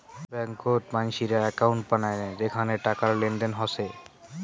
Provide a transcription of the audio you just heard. ব্যাংকত মানসিরা একউন্ট বানায় যেখানে টাকার লেনদেন হসে